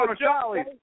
Charlie